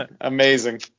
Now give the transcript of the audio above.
Amazing